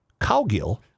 Cowgill